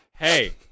hey